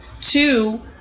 Two